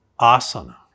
asana